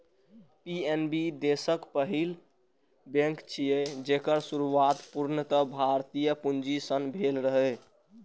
PNB देशक पहिल bank छियै, जेकर शुरुआत पूर्णतः भारतीय पूंजी सं भेल रहै